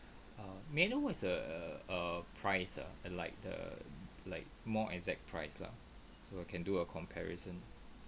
err may I know what's a err price ah like the like more exact price lah so I can do a comparison